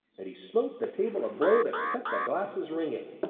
and he smote the table a blow that set the glasses ringing.